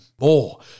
more